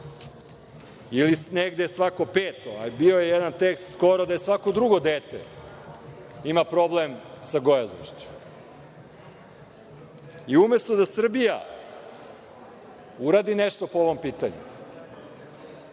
ili negde svaki peti, a bio je skoro neki tekst da svako drugo dete ima problem sa gojaznošću. Umesto da Srbija uradi nešto po ovom pitanju,